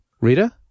Rita